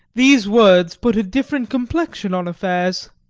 these words put a different complexion on affairs.